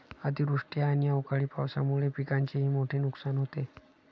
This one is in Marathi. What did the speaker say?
अतिवृष्टी आणि अवकाळी पावसामुळे पिकांचेही मोठे नुकसान होते